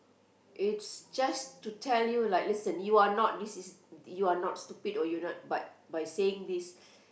it's just to tell you like listen you are not this is you are not stupid or you're not but by saying this